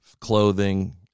clothing